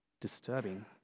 disturbing